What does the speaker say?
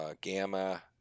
Gamma